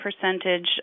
percentage